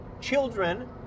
children